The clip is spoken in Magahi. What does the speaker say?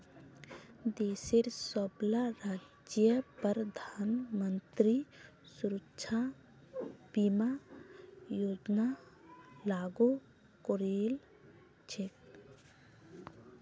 देशेर सबला राज्यत प्रधानमंत्री सुरक्षा बीमा योजना लागू करील छेक